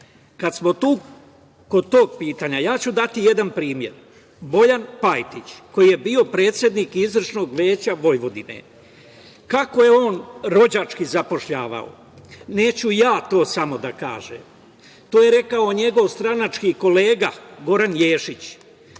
kada smo tu kod tog pitanja, ja ću dati jedan primer. Bojan Pajtić, koji je bio predsednik Izvršnog veća Vojvodine, kako je on rođački zapošljavao? Neću ja to samo da kažem. To je rekao njegov stranački kolega, Goran Ješić